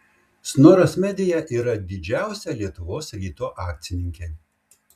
snoras media yra didžiausia lietuvos ryto akcininkė